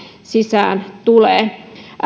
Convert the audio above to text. sisään tulee